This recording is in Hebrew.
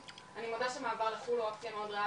לעזוב.